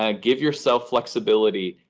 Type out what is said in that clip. ah give yourself flexibility.